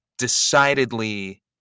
decidedly